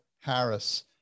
Harris